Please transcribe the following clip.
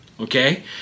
Okay